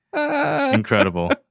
Incredible